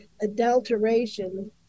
adulteration